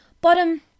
Bottom